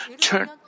turn